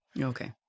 okay